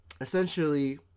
essentially